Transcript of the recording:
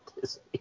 Disney